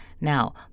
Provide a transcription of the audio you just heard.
Now